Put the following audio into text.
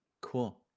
Cool